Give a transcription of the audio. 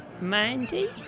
Mandy